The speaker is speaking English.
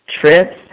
trips